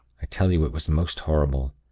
i tell you it was most horrible.